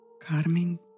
Carmen